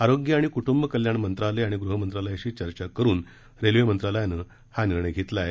आरोग्य आणि कृटूंब कल्याण मंत्रालय आणि गृह मंत्रालयाशी चर्चा करून रेल्वे मंत्रालयानं हा निर्णय घेतला आहे